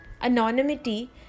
Anonymity